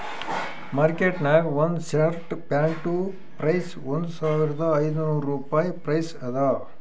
market ನಾಗ್ ಒಂದ್ shirt ಪ್ಯಾಂಟ್ದು ಪ್ರೈಸ್ ಒಂದ್ ಸಾವಿರದ ಐದ ನೋರ್ ರುಪಾಯಿ ಪ್ರೈಸ್ ಅದಾ